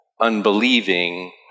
unbelieving